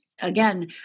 again